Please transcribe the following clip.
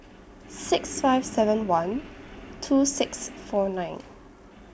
six five seven one two six four nine